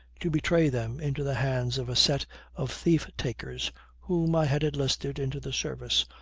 to betray them into the hands of a set of thief-takers whom i had enlisted into the service,